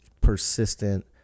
persistent